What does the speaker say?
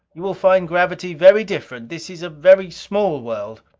you will find gravity very different this is a very small world.